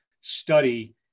study